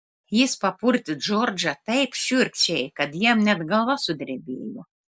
jis papurtė džordžą taip šiurkščiai kad jam net galva sudrebėjo